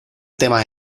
tema